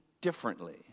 differently